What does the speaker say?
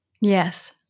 Yes